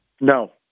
No